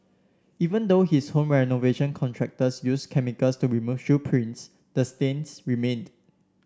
even though his home renovation contractors used chemicals to remove shoe prints the stains remained